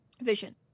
vision